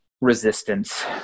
resistance